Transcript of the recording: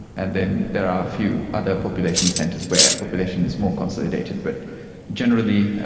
and then there are a few other population centres where population is more consolidated. but generally,